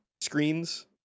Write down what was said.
screens